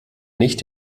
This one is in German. nicht